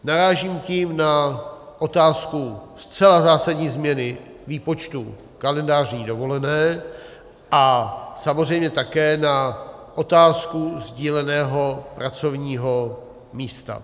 Narážím tím na otázku zcela zásadní změny výpočtu kalendářní dovolené a samozřejmě také na otázku sdíleného pracovního místa.